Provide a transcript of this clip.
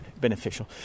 beneficial